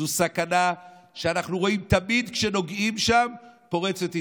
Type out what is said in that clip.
זו סכנה שאנחנו רואים: תמיד כשנוגעים שם פורצת אינתיפאדה.